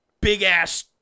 big-ass